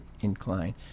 incline